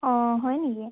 অঁ হয় নেকি